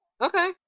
Okay